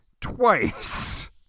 Twice